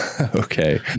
Okay